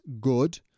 good